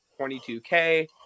$22K